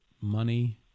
money